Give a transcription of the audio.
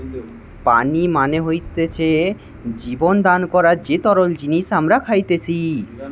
পানি মানে হতিছে জীবন দান করার যে তরল জিনিস আমরা খাইতেসি